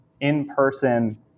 in-person